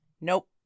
Nope